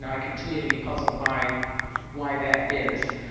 i continue to be puzzled by why that is.